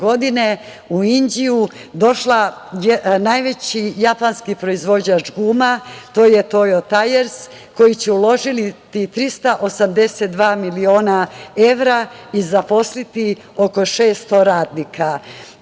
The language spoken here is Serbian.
u Inđiju je došao najveći japanski proizvođač guma, „Tojo Tajers“, koji će uložiti 382 miliona evra i zaposliti oko 600 radnika.